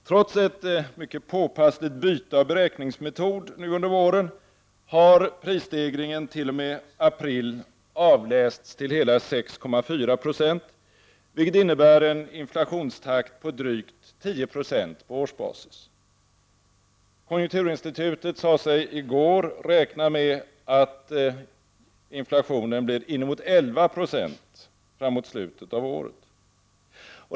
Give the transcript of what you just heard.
Trots ett mycket påpassligt byte av beräkningsmetod under våren har prisstegringen t.o.m. april avlästs till hela 6,4 70, vilket innebär en inflationstakt på drygt 10 90 på årsbasis. Konjunkturinstitutet sade sig i går räkna med att inflationen blir inemot 11926 framåt slutet av året.